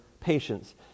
patients